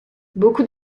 beaucoup